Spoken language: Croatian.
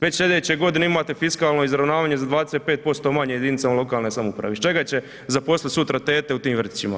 Već slijedeće godine imate fiskalno izravnavanje za 25% manje u jedinicama lokalne samouprave iz čega zaposliti sutra tete u tim vrtićima.